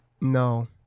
No